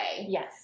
Yes